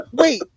wait